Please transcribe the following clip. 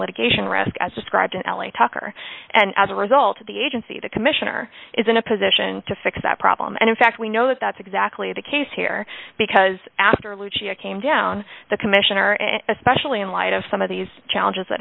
litigation risk as described in l a tucker and as a result of the agency the commissioner is in a position to fix that problem and in fact we know that that's exactly the case here because after luci i came down the commissioner and especially in light of some of these challenges that